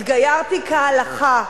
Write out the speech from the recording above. התגיירתי כהלכה,